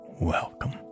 welcome